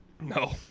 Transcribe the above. No